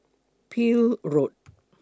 Peel Road